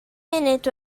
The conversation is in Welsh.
munud